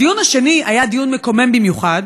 הדיון השני היה דיון מקומם במיוחד,